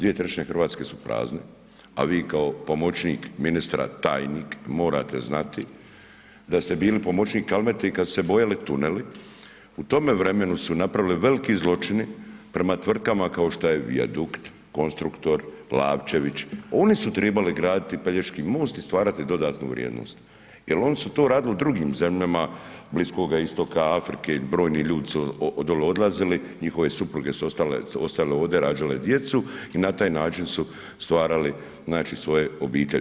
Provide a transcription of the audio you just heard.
2/3 Hrvatske su prazne, a vi kao pomoćnik ministra tajnik morate znati da ste bili pomoćnik Kalmeti kad su se bojali tuneli u tome vremenu su napravili velki zločini prema tvrtkama kao što je Vijadukt, Konstruktor, Lapčević, oni su trebali graditi Pelješki most i stvarati dodatnu vrijednost jer oni su to radili u drugim zemljama, Bliskoga Istoka, Afrike i brojni ljudi su od dole odlazili, njihove supruge su ostale ovdje, rađale djecu i na taj način su stvarali svoje obitelji.